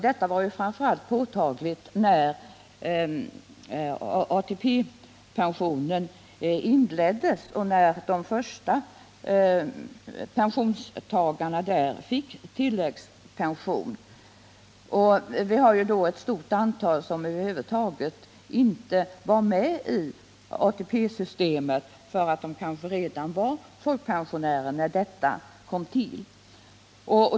Detta var framför allt påtagligt när ATP-pensionen inleddes och när de första pensionstagarna där fick tilläggspension. Vi har ett stort antal människor som över huvud taget inte var med i ATP-systemet, kanske helt enkelt därför att de redan var folkpensionärer när detta kom till.